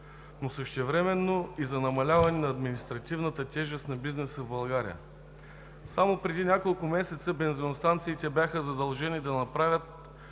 но същевременно и за намаляване на административната тежест на бизнеса в България. Само преди няколко месеца бензиностанциите бяха задължени да направят